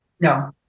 No